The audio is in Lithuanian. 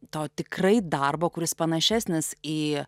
to tikrai darbo kuris panašesnis į